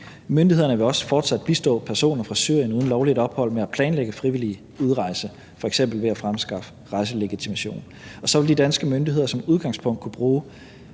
Myndighederne vil også fortsat bistå personer fra Syrien uden lovligt ophold med at planlægge frivillig udrejse, f.eks. ved at fremskaffe rejselegitimation, og så vil de danske myndigheder som udgangspunkt kunne bruge